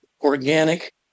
organic